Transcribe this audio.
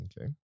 Okay